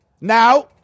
Now